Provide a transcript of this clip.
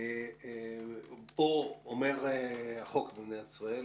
היא שהחוק במדינת ישראל אומר,